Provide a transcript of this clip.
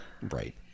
Right